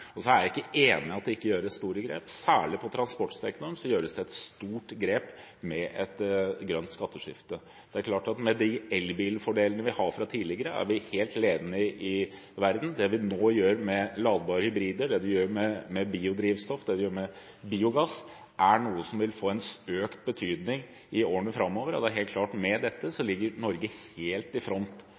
jeg ikke enig i at det ikke gjøres store grep. Særlig på transportsektoren gjøres det et stort grep med et grønt skatteskifte. Med de elbilfordelene vi har fra tidligere, er vi helt ledende i verden. Det vi nå gjør med ladbare hybrider, det vi gjør med biodrivstoff, det vi gjør med biogass, er noe som vil få økt betydning i årene framover. Og det er helt klart at med dette ligger Norge helt i front